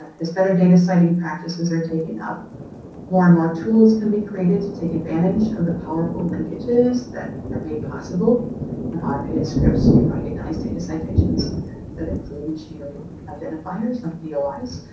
as better data citing practices are taken up more and more tools can be created to take advantage of the powerful linkages that are made possible when automated scripts can recognize data citations that include machine-readable identifiers, like dois.